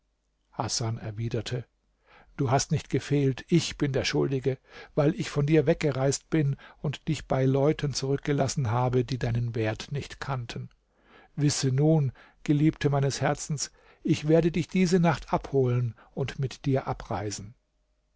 hasan erwiderte du hast nicht gefehlt ich bin der schuldige weil ich von dir weggereist bin und dich bei leuten zurückgelassen habe die deinen wert nicht kannten wisse nun geliebte meines herzens ich werde dich diese nacht abholen und mit dir abreisen